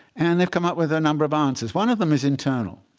and they've come up with a number of answers. one of them is internal.